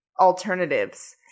alternatives